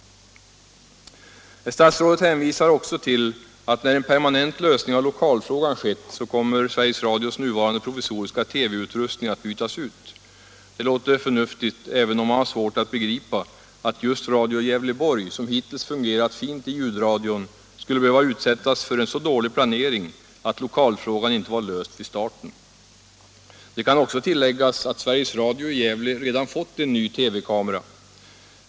Herr statsrådet hänvisar också till att när en permanent lösning av lokalfrågan skett, så kommer Sveriges Radios nuvarande provisoriska TV-utrustning att bytas ut. Det låter förnuftigt, även om man har svårt att begripa att just Radio Gävleborg, som hittills fungerat fint i ljudradion, skulle behöva utsättas för en så dålig planering att lokalfrågan inte var löst vid starten. Det kan också tilläggas att Sveriges Radio i Gävle redan fått en ny TV-kamera.